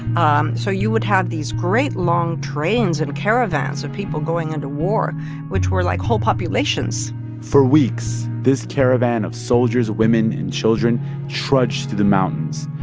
um so you would have these great long trains and caravans of people going into war which were, like, whole populations for weeks, this caravan of soldiers, women and children trudged through the mountains.